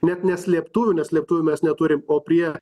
net ne slėptuvių nes slėptuvių mes neturim o prie